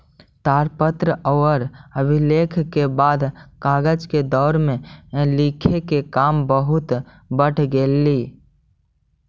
ताड़पत्र औउर अभिलेख के बाद कागज के दौर में लिखे के काम बहुत बढ़ गेलई